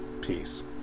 peace